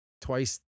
twice